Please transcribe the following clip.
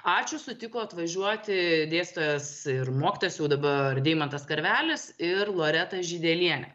ačiū sutiko atvažiuoti dėstytojas ir mokytojas jau dabar deimantas karvelis ir loreta žydelienė